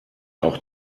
auch